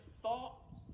thought